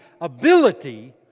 ability